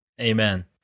Amen